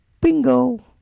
bingo